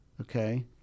okay